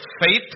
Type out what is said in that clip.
faith